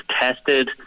tested